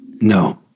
No